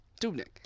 Dubnik